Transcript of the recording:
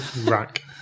Rack